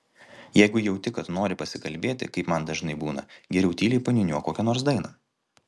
jeigu jauti kad nori pasikalbėti kaip man dažnai būna geriau tyliai paniūniuok kokią nors dainą